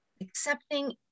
accepting